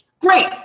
Great